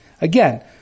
Again